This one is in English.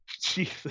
Jesus